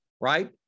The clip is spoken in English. Right